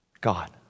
God